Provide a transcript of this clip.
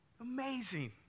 Amazing